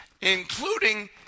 including